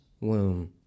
womb